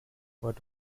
what